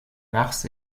mars